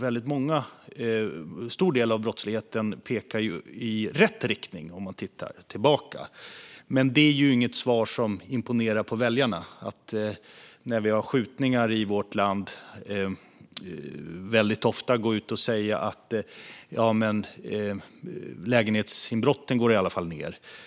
När det gäller en stor del av brottsligheten pekar det i rätt riktning, om man tittar tillbaka. Men det är inget svar som imponerar på väljarna. När vi väldigt ofta har skjutningar i vårt land imponerar det inte att säga: Ja, men lägenhetsinbrotten går i alla fall ned.